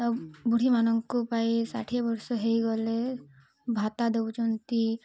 ଆଉ ବୁଢ଼ୀ ମାନଙ୍କ ପାଇଁ ଷାଠିଏ ବର୍ଷ ହେଇଗଲେ ଭତ୍ତା ଦେଉଛନ୍ତି